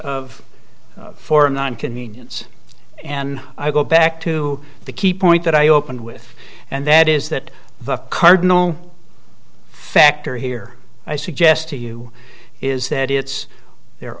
of form one convenience and i go back to the key point that i opened with and that is that the cardinal factor here i suggest to you is that it's the